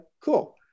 cool